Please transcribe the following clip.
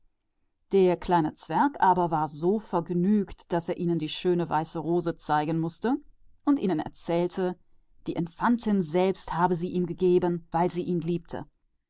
der kleine zwerg war so froh daß er sich nicht enthalten konnte ihnen die herrliche weiße rose zu zeigen und ihnen zu erzählen daß die infantin selbst sie ihm gegeben habe weil sie ihn liebte